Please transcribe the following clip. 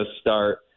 start